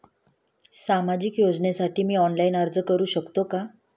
सामाजिक योजनेसाठी मी ऑनलाइन अर्ज करू शकतो का?